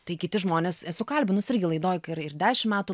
tai kiti žmonės esu kalbinusi irgi laidoj kai ir dešim metų